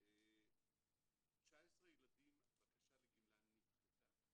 19 ילדים הבקשה לגמלה נדחתה,